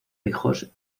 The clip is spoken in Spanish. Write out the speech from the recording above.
hijos